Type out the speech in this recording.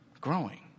growing